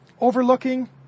overlooking